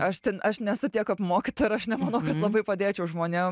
aš ten aš nesu tiek apmokyta ir aš nemanau kad labai padėčiau žmonėm